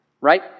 right